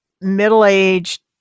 middle-aged